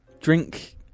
Drink